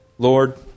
Lord